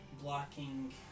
blocking